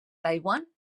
taiwan